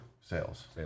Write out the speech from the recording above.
Sales